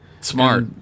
Smart